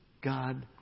God